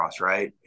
right